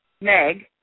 Meg